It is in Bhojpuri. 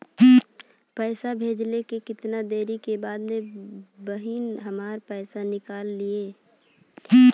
पैसा भेजले के कितना देरी के बाद बहिन हमार पैसा निकाल लिहे?